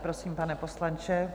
Prosím, pane poslanče.